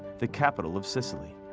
the capital of sicily,